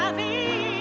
me